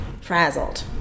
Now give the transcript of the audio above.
frazzled